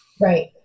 Right